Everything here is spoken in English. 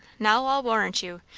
now i'll warrant you,